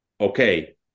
Okay